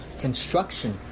construction